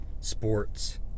sports